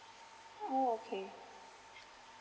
oh okay